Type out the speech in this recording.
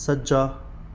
ਸੱਜਾ